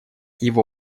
его